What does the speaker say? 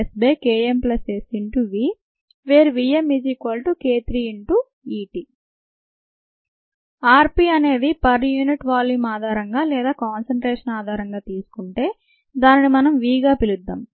rPvmSKmSV where vmk3Et r P అనేది per unit volume ఆధారంగా లేదా కాన్సన్ట్రేషన్ ఆధారంగా తీసుకుంటే దానిని మనం vగా పిలుద్దాం